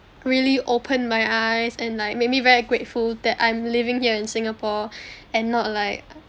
really opened my eyes and like made me very grateful that I'm living here in singapore and not like